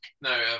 no